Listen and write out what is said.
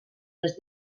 les